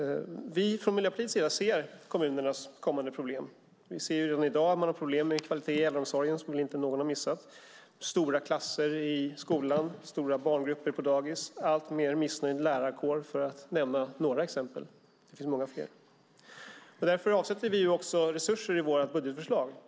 Vi från Miljöpartiets sida ser kommunernas kommande problem. Vi ser att man i dag har problem med kvalitet i äldreomsorgen, som väl inte någon har missat. Det är stora klasser i skolan, stora barngrupper på dagis och en alltmer missnöjd lärarkår, för att nämna några exempel - det finns många fler. Därför avsätter vi resurser i vårt budgetförslag.